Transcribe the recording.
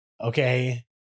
okay